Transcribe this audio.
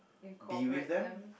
incorporate them